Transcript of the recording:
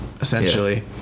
essentially